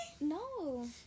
No